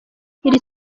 iri